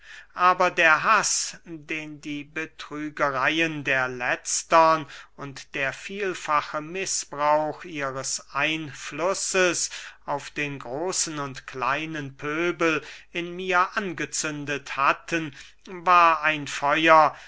aber der haß den die betrügereyen der letztern und der vielfache mißbrauch ihres einflusses auf den großen und kleinen pöbel in mir angezündet hatten war ein feuer